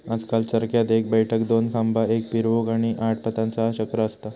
आजकल चरख्यात एक बैठक, दोन खांबा, एक फिरवूक, आणि आठ पातांचा चक्र असता